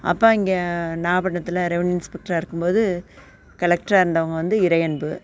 அப்பா இங்கே நாகபட்டினத்தில் ரெவென்யூவ் இன்ஸ்பெக்ட்டராக இருக்கும் போது கலெக்டராக இருந்தவங்க வந்து இறையன்பு